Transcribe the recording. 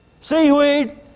seaweed